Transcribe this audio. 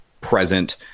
present